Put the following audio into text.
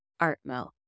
Artmo